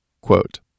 Quote